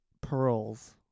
pearls